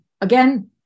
again